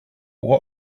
what